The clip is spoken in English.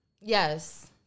Yes